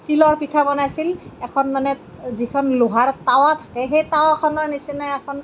তিলৰ পিঠা বনাইছিল এখন মানে যিখন লোহাৰ টাৱা থাকে সেই টাৱাখনৰ নিছিনা এখন